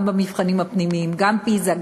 במבחנים הפנימיים: גם פיז"ה,